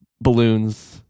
balloons